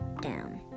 down